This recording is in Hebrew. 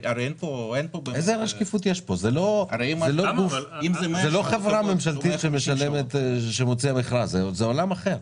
זה לא חברה ממשלתית שמוציאה מכרז, זה עולם אחר.